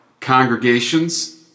congregations